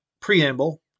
preamble